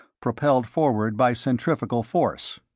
propelled forward by centrifugal force.